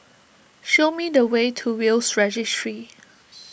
show me the way to Will's Registry